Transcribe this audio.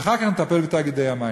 ואחר כך נטפל בתאגידי המים.